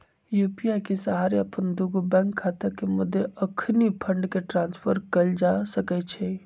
UPI के सहारे अप्पन दुगो बैंक खता के मध्य अखनी फंड के ट्रांसफर कएल जा सकैछइ